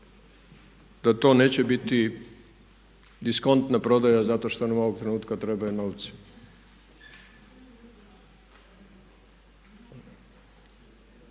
da to neće biti diskonta prodaja zato što nam u ovom trenutku trebaju novci.